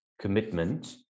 commitment